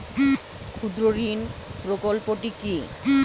ক্ষুদ্রঋণ প্রকল্পটি কি?